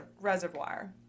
Reservoir